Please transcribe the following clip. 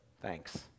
thanks